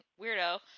weirdo